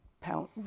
pound